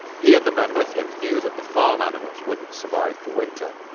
he and the men with him knew that the farm animals wouldn't survive the winter,